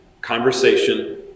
conversation